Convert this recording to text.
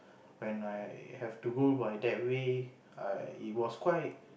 when I have to go by that way I it was quite